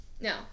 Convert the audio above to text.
No